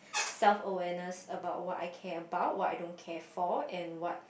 self awareness about what I care about what I don't care for and what